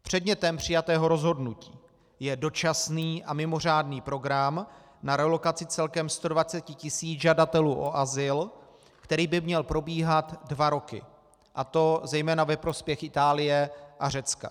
Předmětem přijatého rozhodnutí je dočasný a mimořádný program na relokaci celkem 120 tis. žadatelů o azyl, který by měl probíhat dva roky, a to zejména ve prospěch Itálie a Řecka.